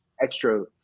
extra